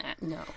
no